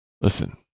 listen